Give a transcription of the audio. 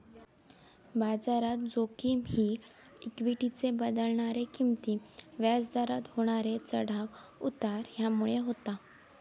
बाजारात जोखिम ही इक्वीटीचे बदलणारे किंमती, व्याज दरात होणारे चढाव उतार ह्यामुळे होता